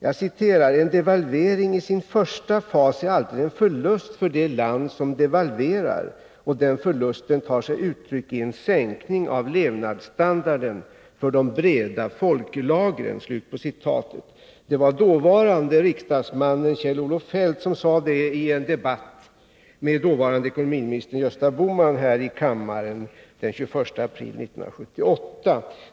Att ”en devalvering i sin första fas alltid är en förlust för det land som devalverar och att den förlusten tar sig uttryck i en sänkning av levnadsstandarden för de breda folklagren”, det var vad dåvarande riksdagsmannen Kjell-Olof Feldt sade i en debatt med dåvarande ekonomiministern Gösta Bohman här i kammaren den 21 april 1978.